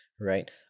Right